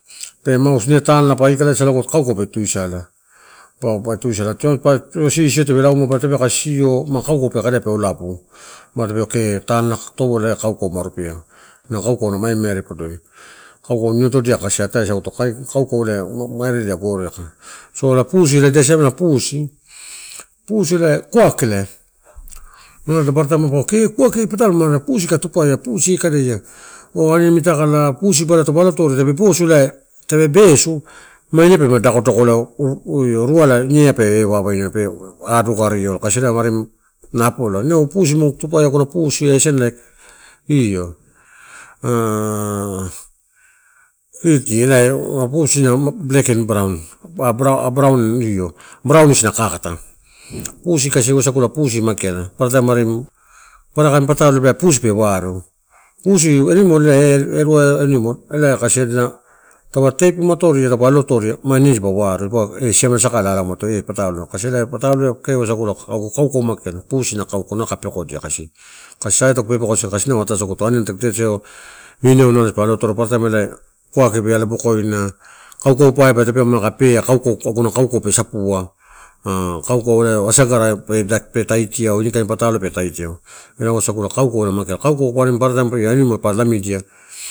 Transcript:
Pe mausu ine tanela taupe ailakalaisau ago kauko pe tiusala. Papa tiusala pa tio sisio tape lama tape kai sisio ma kauko tape kadaia pe lapu. Ma peua kee tanela torola en kauko ma rupea, ena kauko na maimaire podoi. Kauko niotodiai ataisanto, kauko mairedia gore aika. So ela pusi, idasiamela pusi, pusi elai kuakile. Ma paparataim paua kee kuake eh patalo ma pusi kae tupaia, pusi eh kadaia oh ani mita kala. Pusi ba taupe alo atoria tape posula, tape besu ma ine pelama dakdako ruala nieh pe wawaina pe adokario kasi ela arim na pola nou pusi kae tupaia gono pusi esenlek ia a pusi a black and brown, ah brown isina kakata. Pusi wasagula pusi a mageala. Paparakain patalo pusi pe uarou. Pusi ela animal, eh erua animal ela kasi adina kada tekim atoria ma ine dipa wareo eh siamela saka lalauma te patalo eh la patalo eh kee wasagula. Kauko mageala pusi na kauko nalo kai pekodia kasi. Kasi sai tag pepekoiasagu kasi inau ataisaguto, aniani tagu totereo inau nalo pa aloatoro, paparataim kuake be alo bokoina, kauko pe sapua, ah kauko eh asagarai be tai pe taitiau, inekain patalo pe taitiu la saguokauguo la maga kauguoguana paparataim pa lamidia.